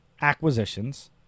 acquisitions